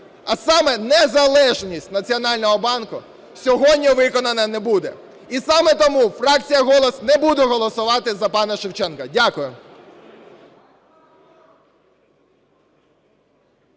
а саме незалежність Національного банку, сьогодні виконана не буде. І саме тому фракція "Голос" не буде голосувати за пана Шевченка. Дякую.